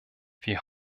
wir